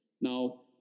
Now